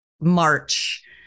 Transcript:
march